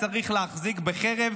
אבל צריך להחזיק בחרב,